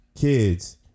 kids